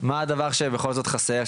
מה הדבר שבכל זאת חסר?